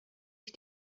ich